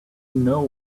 know